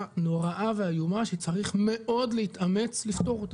נוראה ואיומה שצריך מאוד להתאמץ לפתור אותה,